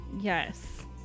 yes